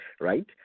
right